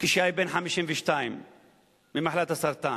כשהיה בן 52 ממחלת הסרטן.